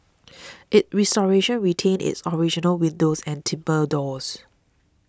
its restoration retained its original windows and timbre doors